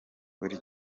buri